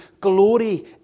glory